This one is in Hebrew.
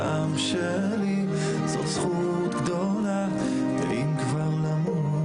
תודה רבה גברתי היו"ר.